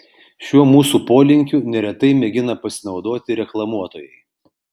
šiuo mūsų polinkiu neretai mėgina pasinaudoti reklamuotojai